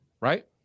right